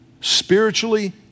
spiritually